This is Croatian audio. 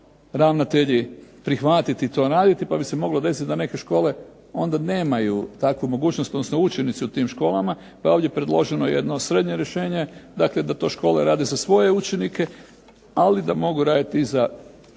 ravnatelji prihvatiti to …/Ne razumije se./… pa bi se moglo desiti da neke škole onda nemaju takvu mogućnost, odnosno učenici u tim školama, pa je ovdje predloženo jedno srednje rješenje, dakle da to škole rade za svoje učenike, ali da mogu raditi i za škole